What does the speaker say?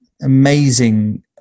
amazing